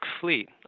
fleet